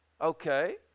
Okay